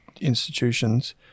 institutions